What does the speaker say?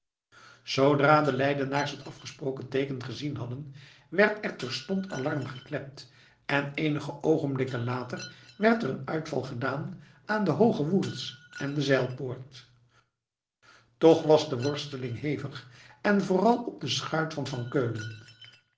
zoodra de leidenaars het afgesproken teeken gezien hadden werd er terstond alarm geklept en eenige oogenblikken later werd er een uitval gedaan aan de hoogewoerds en de zijlpoort toch was de worsteling hevig en vooral op de schuit van van keulen